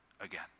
again